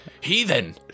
Heathen